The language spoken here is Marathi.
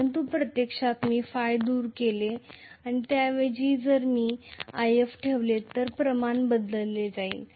परंतु प्रत्यक्षात मी ϕ दूर केले आणि त्याऐवजी जर मी If ठेवले तर प्रमाण बदलले जाईल